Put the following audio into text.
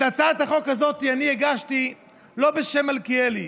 את הצעת החוק הזאת הגשתי לא בשם מלכיאלי